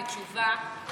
כתשובה,